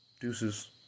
deuces